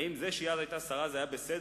האם זה שהיא אז היתה שרה זה היה בסדר,